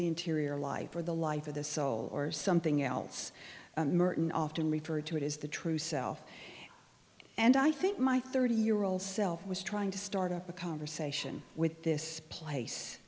the interior life or the life of the soul or something else merton often referred to it is the true self and i think my thirty year old self was trying to start up a conversation with this place